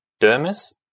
dermis